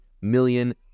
million